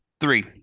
three